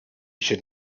should